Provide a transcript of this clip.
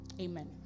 amen